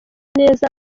neza